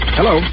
Hello